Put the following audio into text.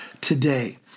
today